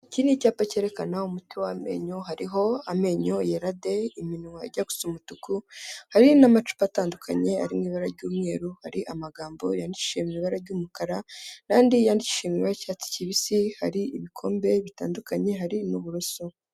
Iki ni icyapa cyerekana umuti w'amenyo hariho amenyo yera de, iminwa ijya gusa umutuku, hari n'amacupa atandukanye ari mu ibara ry'umweru. Hari amagambo yandikishije mu ibara ry'umukara n'andi yandikishije mu ibara ry'icyatsi kibisi, hari ibikombe bitandukanye hari n'uburoso.